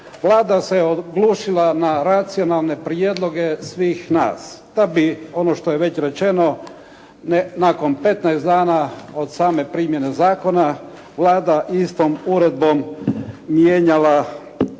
Vlada se oglušila na racionalne prijedloge svih nas da bi, ono što je već rečeno nakon 15 dana od same primjene zakona Vlada istom uredbom mijenjala